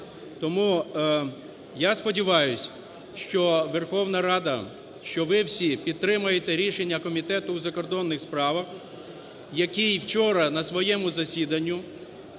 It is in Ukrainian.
Тому я сподіваюсь, що Верховна Рада, що ви всі підтримаєте рішення Комітету у закордонних справах, який вчора на своєму засіданні